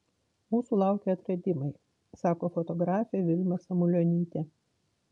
mūsų laukia atradimai sako fotografė vilma samulionytė